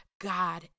God